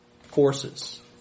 forces